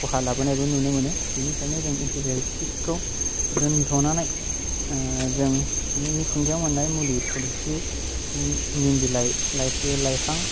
खहा लाबोनायबो नुनो मोनो बिनिखायनो जों एन्टिबाय'टिक खौ दोन्थ'नानै जोंनि मिथिंगायाव मोननाय मुलि थुलुसि नि निम बिलाइ लाइ लाइफां